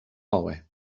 hallway